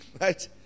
Right